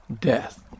death